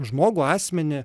žmogų asmenį